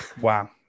Wow